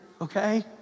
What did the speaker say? okay